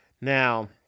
now